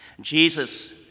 Jesus